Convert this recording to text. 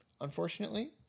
Unfortunately